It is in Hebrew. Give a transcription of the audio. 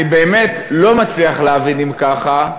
אני באמת לא מצליח להבין, אם ככה,